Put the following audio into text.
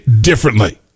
differently